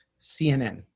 CNN